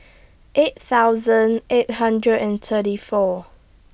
eight thousand eight hundred and thirty four